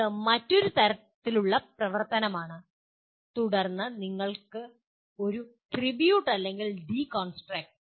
അത് മറ്റൊരു തരത്തിലുള്ള പ്രവർത്തനമാണ് തുടർന്ന് നിങ്ങൾ ഒരു ട്രിബ്യൂട്ട് അല്ലെങ്കിൽ ഡീകോൺസ്ട്രക്റ്റ്